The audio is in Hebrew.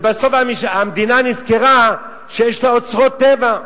ובסוף המדינה נזכרה שיש לה אוצרות טבע.